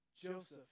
Joseph